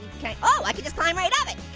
oh i can just climb right up it.